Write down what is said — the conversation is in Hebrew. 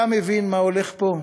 אתה מבין מה הולך פה?